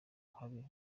habi